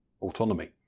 autonomy